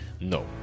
No